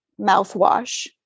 mouthwash